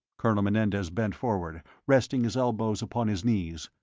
colonel menendez bent forward, resting his elbows upon his knees.